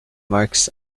marks